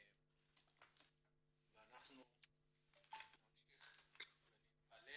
אנחנו נמשיך ונתפלל